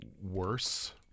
worse